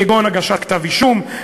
כגון הגשת כתב-אישום,